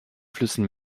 flüssen